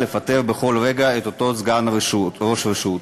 לפטר בכל רגע את אותו סגן ראש רשות.